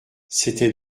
c’était